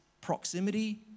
proximity